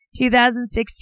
2016